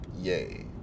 Yay